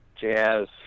jazz